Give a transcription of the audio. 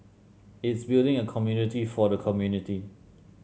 it's building a community for the community